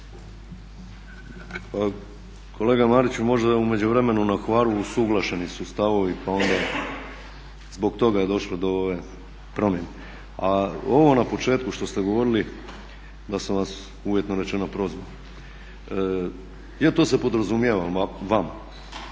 Kolega Mariću možda je u međuvremenu na Hvaru usuglašeni su stavovi pa onda zbog toga je došlo do ove promjene. A ovo na početku što ste govorili da sam vas uvjetno rečeno prozvao, jer to se podrazumijeva vama,